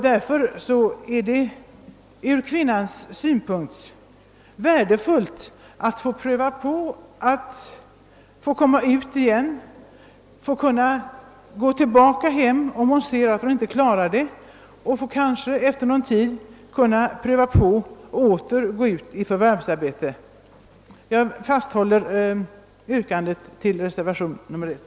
Därför är det ur kvinnans synpunkt värdefullt om hon har möjlighet att få pröva på förvärvsarbete igen. Hon bör även kunna gå tillbaka till hemmet, om hon märker att hon inte klarar av det hela, för att efter någon tid åter kunna pröva på förvärvsarbete. Jag vidhåller mitt yrkande om bifall till reservationen I.